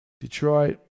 Detroit